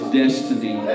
destiny